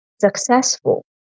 successful